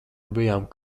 bijām